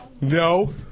No